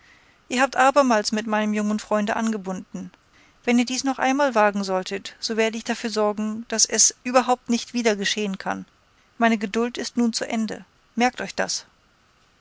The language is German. ihr habt abermals mit meinem jungen freunde angebunden wenn ihr dies noch einmal wagen solltet so werde ich dafür sorgen daß es überhaupt nicht wieder geschehen kann meine geduld ist nun zu ende merkt euch das